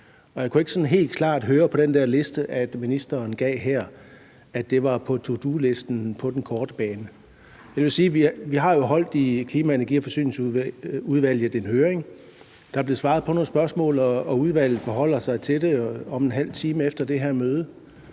jeg kunne ikke sådan helt klart høre på den liste, ministeren gav her, at det var på to do-listen på den korte bane. Vi har jo i Klima-, Energi- og Forsyningsudvalget holdt en høring. Der er blevet svaret på nogle spørgsmål, og udvalget forholder sig til det om en halv time, efter den her